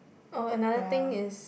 oh another thing is